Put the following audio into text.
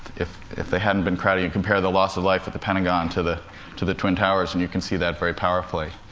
if if they hadn't been crowded you compare the loss of life at the pentagon to the to the twin towers, and you can see that very powerfully.